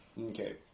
Okay